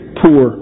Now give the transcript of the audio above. poor